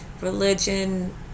religion